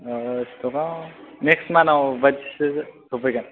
next मान्थाव बादिसो सफैगोन